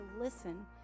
listen